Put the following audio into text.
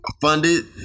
funded